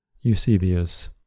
Eusebius